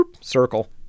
circle